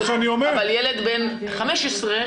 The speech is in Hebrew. אבל ילד בן 15,